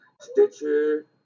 Stitcher